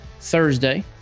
Thursday